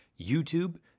YouTube